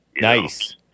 Nice